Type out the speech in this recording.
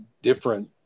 different